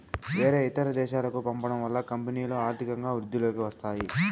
వేరే ఇతర దేశాలకు పంపడం వల్ల కంపెనీలో ఆర్థికంగా వృద్ధిలోకి వస్తాయి